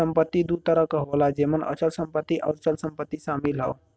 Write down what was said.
संपत्ति दू तरह क होला जेमन अचल संपत्ति आउर चल संपत्ति शामिल हौ